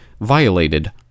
violated